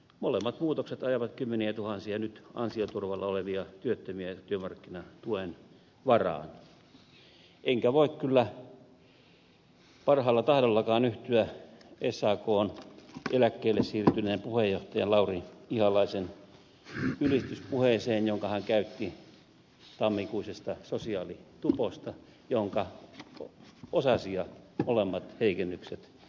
molemmat muutokset ajavat kymmeniätuhansia nyt ansioturvalla olevia työttömiä työmarkkinatuen varaan enkä voi kyllä parhaalla tahdollakaan yhtyä sakn eläkkeelle siirtyneen puheenjohtajan lauri ihalaisen ylistyspuheeseen jonka hän käytti tammikuisesta sosiaalituposta jonka osasia molemmat heikennykset ovat